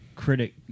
critic